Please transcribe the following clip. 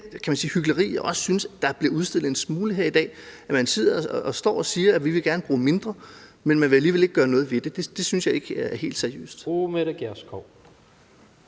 det hykleri, jeg også synes bliver udstillet en smule her i dag, altså at man står og siger, at man gerne vil bruge mindre, men alligevel ikke vil gøre noget ved det. Det synes jeg ikke er helt seriøst.